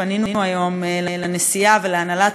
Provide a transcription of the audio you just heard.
פנינו היום לנשיאה ולהנהלת